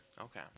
Okay